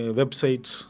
websites